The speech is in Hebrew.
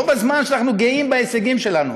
בו בזמן שאנחנו גאים בהישגים שלנו,